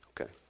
Okay